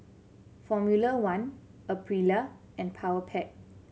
Formula One Aprilia and Powerpac